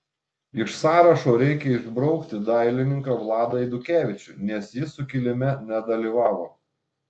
iš sąrašo reikia išbraukti dailininką vladą eidukevičių nes jis sukilime nedalyvavo